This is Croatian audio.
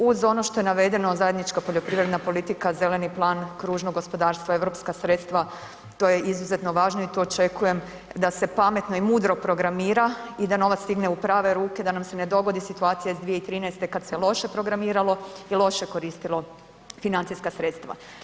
Uz ono što je navedeno zajednička poljoprivredna politika, zeleni plan, kružno gospodarstva, europska sredstva to je izuzetno važno i to očekujem da se pametno i mudro programira i da novac stigne u prave ruke da nam se ne dogodi situacija iz 2013. kada se loše programiralo i loše koristilo financijska sredstva.